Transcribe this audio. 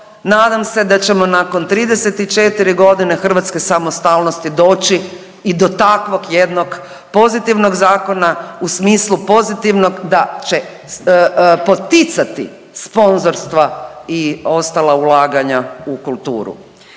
Nadam se da ćemo nakon 34 godine hrvatske samostalnosti doći i do takvog jednog pozitivnog zakona u smislu pozitivnog da će poticati sponzorstva i ostala ulaganja u kulturu.